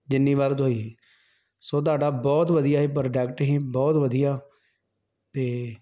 ਜਿੰਨੀ ਵਾਰ ਧੋਈ ਸੋ ਤੁਹਾਡਾ ਬਹੁਤ ਵਧੀਆ ਇਹ ਪ੍ਰੋਡਕਟ ਸੀ ਬਹੁਤ ਵਧੀਆ ਅਤੇ